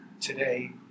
today